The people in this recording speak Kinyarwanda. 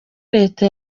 leta